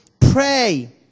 pray